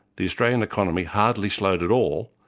the australian economy hardly slowed at all,